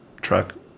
truck